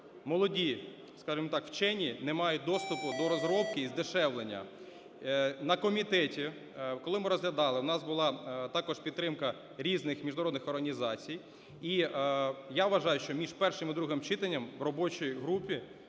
молоді, скажем так, вчені не мають доступу до розробки і здешевлення. На комітеті, коли ми розглядали, у нас була також підтримка різних міжнародних організацій, і я вважаю, що між першим і другим читанням в робочій групі